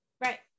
Right